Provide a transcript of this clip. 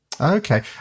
Okay